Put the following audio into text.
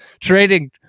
trading